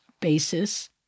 basis